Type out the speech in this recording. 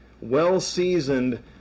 Well-seasoned